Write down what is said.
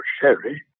sherry